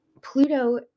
Pluto